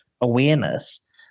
awareness